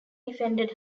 defended